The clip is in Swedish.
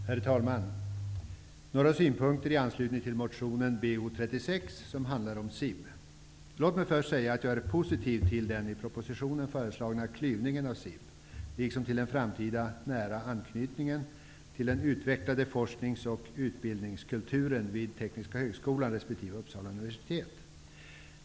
Herr talman! Jag vill ge några synpunkter i anslutning till motion Bo36 som handlar om SIB. Låt mig först säga att jag är positiv till den i propositionen föreslagna klyvningen av SIB, liksom till den framtida nära anknytningen till den utvecklade forsknings och utbildningskulturen vid Tekniska högskolan resp. Uppsala universitet.